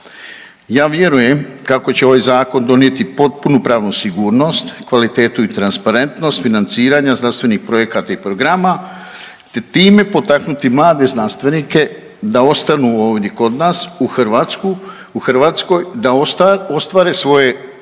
Ja vjerujem kako će ovaj zakon donijeti potpunu pravnu sigurnost, kvalitetu i transparentnost financiranja znanstvenih projekata i programa te time potaknuti mlade znanstvenike da ostanu ovdje kod nas u Hrvatskoj, da ostvare svoje